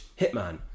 hitman